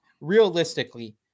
realistically